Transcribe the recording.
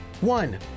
One